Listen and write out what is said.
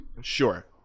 Sure